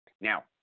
Now